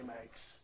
makes